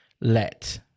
let